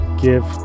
give